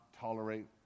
tolerate